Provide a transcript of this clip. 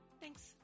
Thanks